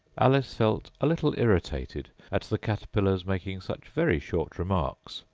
alice felt a little irritated at the caterpillar's making such very short remarks,